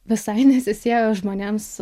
visai nesisiejo žmonėms